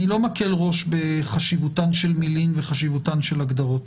אני לא מקל ראש בחשיבותן של מילים וחשיבותן של הגדרות,